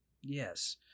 Yes